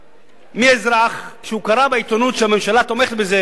מאזרח שקרא בעיתונות שהממשלה תומכת בזה,